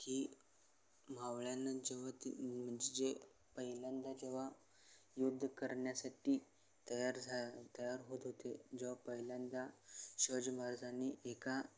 की मावळ्यांना जेव्हा ते म्हणजे जे पहिल्यांदा जेव्हा युद्ध करण्यासाठी तयार झा तयार होत होते जेव्हा पहिल्यांदा शिवाज महाराजांनी एका